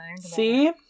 see